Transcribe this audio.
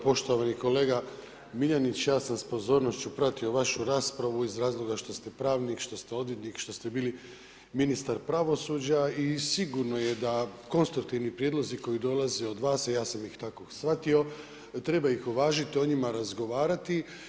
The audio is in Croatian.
Poštovani kolega Miljenić, ja sam s pozornošću pratio vašu raspravu iz razloga što ste pravnik, što ste odvjetnik, što ste bili ministar pravosuđa i sigurno je da konstruktivni prijedlozi koji dolaze od vas, a ja sam ih tako shvatio, treba ih uvažiti, o njima razgovarati.